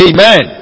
Amen